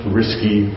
risky